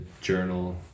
journal